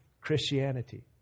Christianity